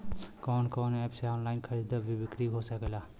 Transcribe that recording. कवन कवन एप से ऑनलाइन खरीद बिक्री हो सकेला?